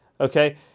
Okay